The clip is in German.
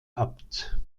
abt